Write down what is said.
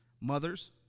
Mothers